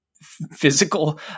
physical